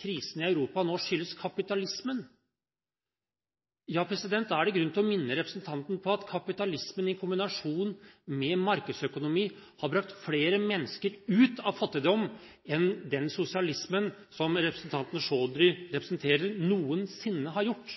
krisen i Europa skyldes kapitalismen. Da er det grunn til å minne representanten på at kapitalismen, i kombinasjon med markedsøkonomi, har brakt flere mennesker ut av fattigdom enn den sosialismen som representanten Chaudhry representerer, noensinne har gjort.